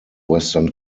western